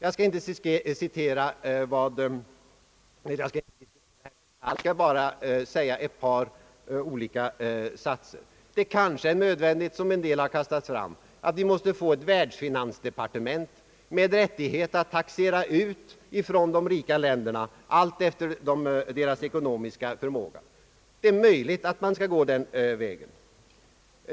Jag skall inte diskutera i detalj vad man skall göra, utan jag skall bara framföra ett par olika satser. Det är kanske nödvändigt, som en del har kastat fram, att vi får ett världsfinansdepartement med rättighet att taxera ut från de rika länderna alltefter deras ekonomiska förmåga. Det är möjligt att man måste gå den vägen.